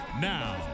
Now